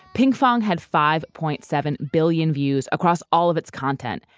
pinkfong had five point seven billion views across all of its content,